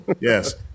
Yes